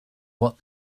what